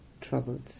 troubles